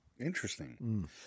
Interesting